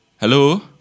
hello